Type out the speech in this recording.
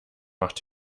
macht